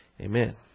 Amen